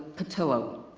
petillo,